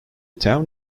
town